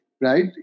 right